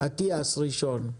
אטיאס ראשון.